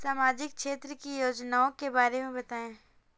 सामाजिक क्षेत्र की योजनाओं के बारे में बताएँ?